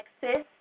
Texas